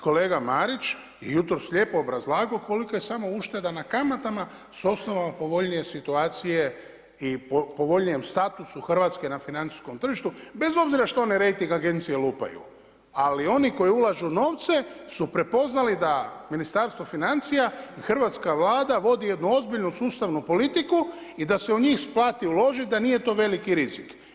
kolega Marić je jutros lijepo obrazlagao kolika je samo ušteda na kamatama s osnova povoljnije situacije i povoljnijem statusu Hrvatske na financijskom tržištu bez obzira što one rejting agencije lupaju, ali oni koji ulažu novce su prepoznali da Ministarstvo financija i hrvatska Vlada vodi jednu ozbiljnu sustavnu politiku i da se u njih isplati uložiti da nije to veliki rizik.